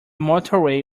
motorway